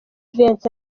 vincent